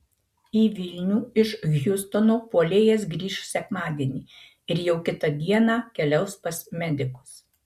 į vilnių iš hjustono puolėjas grįš sekmadienį ir jau kitą dieną keliaus pas medikus